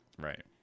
Right